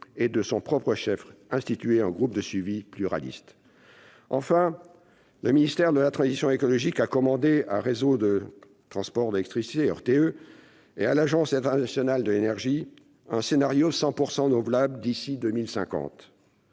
ait de son propre chef institué un groupe de suivi pluraliste. En outre, le ministère de la transition écologique a commandé à Réseau de transport d'électricité (RTE) et à l'Agence internationale de l'énergie (AIE) un scénario « 100 % renouvelables » d'ici à 2050.